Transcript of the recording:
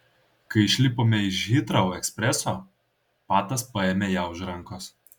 kai išlipome iš hitrou ekspreso patas paėmė ją už rankos